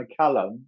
McCallum